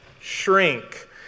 shrink